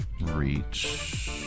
reach